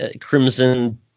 Crimson